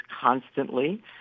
constantly